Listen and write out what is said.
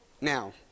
Now